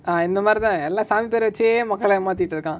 and the matinee unless I'm better team will collect more data account